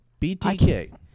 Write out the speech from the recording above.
BTK